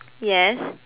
yes